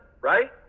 right